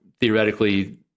theoretically